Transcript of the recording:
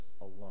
alone